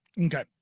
Okay